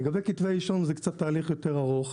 לגבי כתבי אישום, זה תהליך יותר ארוך.